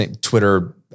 Twitter